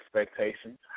expectations